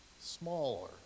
smaller